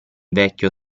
vecchio